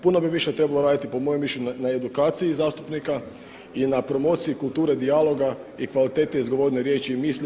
Puno bi više trebalo raditi po mojem mišljenju na edukaciji zastupnika i na promociji kulture dijaloga i kvalitete izgovorene riječi i misli.